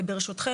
וברשותם,